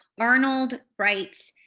arnold writes,